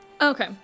Okay